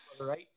right